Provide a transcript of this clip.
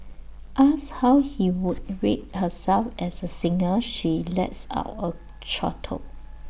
asked how he would rate herself as A singer she lets out A chortle